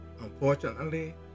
Unfortunately